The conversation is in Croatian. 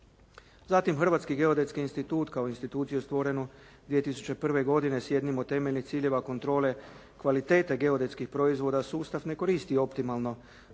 Zatim, Hrvatski geodetski institut kao instituciju stvorenu 2001. godine s jednim od temeljnih ciljeva kontrole kvalitete geodetskih proizvoda sustav ne koristi optimalno.